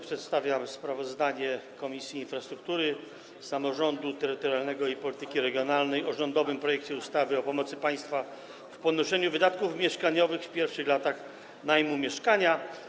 Przedstawiam sprawozdanie Komisji Infrastruktury oraz Komisji Samorządu Terytorialnego i Polityki Regionalnej o rządowym projekcie ustawy o pomocy państwa w ponoszeniu wydatków mieszkaniowych w pierwszych latach najmu mieszkania.